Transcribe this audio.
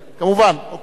כמובן, אוקיי.